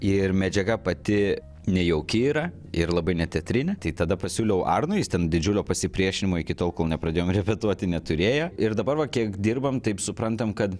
ir medžiaga pati nejauki yra ir labai netetrinė tai tada pasiūliau arnui jis ten didžiulio pasipriešinimo iki tol kol nepradėjom repetuoti neturėjo ir dabar va kiek dirbam taip suprantam kad